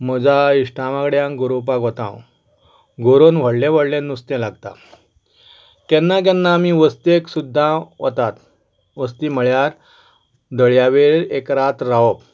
म्हज्या इश्ट्या वांगडा गरोवपाक वता हांव गरोन व्हडलें व्हडलें नुस्तें लागतात केन्ना केन्ना आमी वस्तेंक सुद्दा वतात वस्ती म्हळ्यार दर्यावेळेंर एक रात रावप